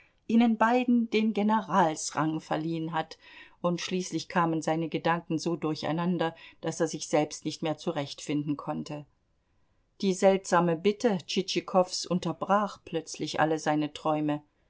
ihnen beiden den generalsrang verliehen hat und schließlich kamen seine gedanken so durcheinander daß er sich selbst nicht mehr zurechtfinden konnte die seltsame bitte tschitschikows unterbrach plötzlich alle seine träume